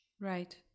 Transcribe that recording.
Right